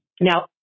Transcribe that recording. Now